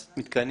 מתקנים.